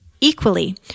equally